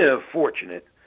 fortunate